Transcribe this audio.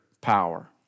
power